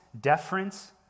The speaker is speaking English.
deference